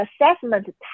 assessment